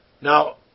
Now